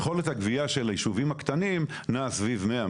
יכולת הגבייה של הישובים הקטנים נע סביב מאה,